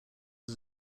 was